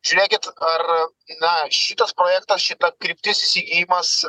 žiūrėkit ar na šitas projektas šita kryptis įsigijimas